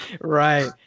Right